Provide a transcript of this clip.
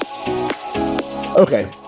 Okay